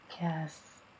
yes